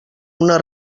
una